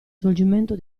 svolgimento